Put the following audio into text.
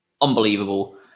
Unbelievable